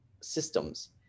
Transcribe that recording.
systems